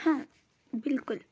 हाँ बिल्कुल